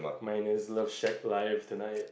mine is no shag life tonight